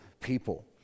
people